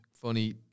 funny